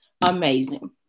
amazing